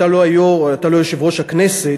אתה לא יושב-ראש הכנסת,